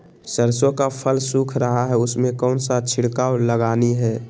सरसो का फल सुख रहा है उसमें कौन सा छिड़काव लगानी है?